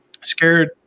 scared